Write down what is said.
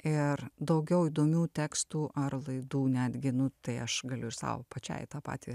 ir daugiau įdomių tekstų ar laidų netgi nu tai aš galiu ir sau pačiai tą patį